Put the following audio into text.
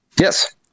Yes